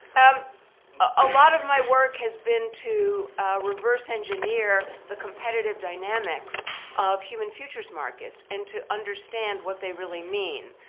um a lot of my work has been to reverse engineer the competitive dynamics of human futures markets and to understand what they really mean.